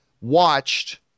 Watched